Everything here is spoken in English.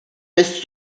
miss